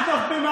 בלי לגדף.